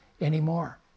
anymore